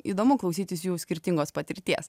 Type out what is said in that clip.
įdomu klausytis jų skirtingos patirties